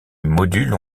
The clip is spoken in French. modules